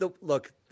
Look